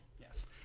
Yes